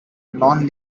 non